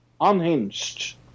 Unhinged